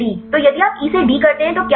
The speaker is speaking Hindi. तो यदि आप ई से डी करते हैं तो क्या होगा